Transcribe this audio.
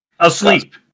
Asleep